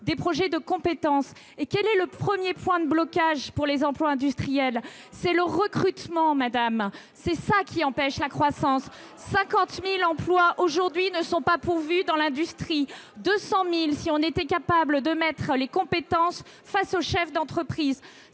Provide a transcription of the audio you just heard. et de compétences. Quel est le premier point de blocage pour les emplois industriels ? C'est le recrutement, madame la sénatrice, qui empêche la croissance 50 000 emplois ne sont pas pourvus aujourd'hui dans l'industrie ! Si l'on était capable de mettre les compétences face aux chefs d'entreprise,